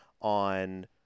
on